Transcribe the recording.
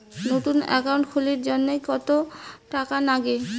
নতুন একাউন্ট খুলির জন্যে কত টাকা নাগে?